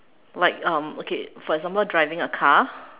like um okay for example driving a car